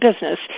business